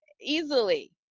easily